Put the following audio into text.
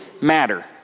matter